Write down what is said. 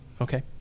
Okay